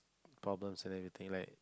problems and everything like